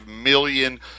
million